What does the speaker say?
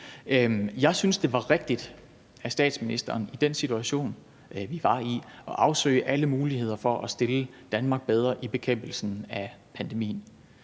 Jeg synes, det var rigtigt af statsministeren i den situation, vi var i, at afsøge alle muligheder for at stille Danmark bedre i bekæmpelsen af pandemien.